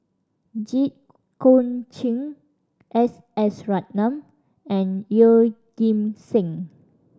Jit Koon Ch'ng S S Ratnam and Yeoh Ghim Seng